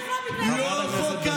בטח לא בגללנו.